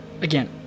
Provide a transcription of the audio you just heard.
again